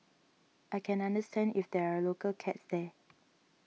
I can understand if there are local cats there